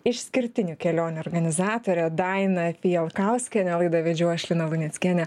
išskirtinių kelionių organizatorę dainą fijalkauskienę laidą vedžiau aš lina luneckienė